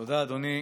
תודה, אדוני.